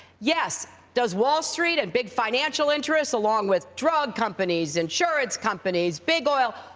yes, does wall street and big financial interests, along with drug companies, insurance companies, big oil,